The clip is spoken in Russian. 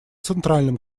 центральным